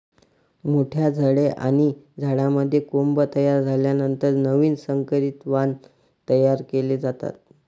मोठ्या झाडे आणि झाडांमध्ये कोंब तयार झाल्यानंतर नवीन संकरित वाण तयार केले जातात